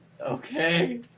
Okay